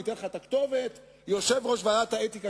אני אתן לך את הכתובת: יושב-ראש ועדת האתיקה,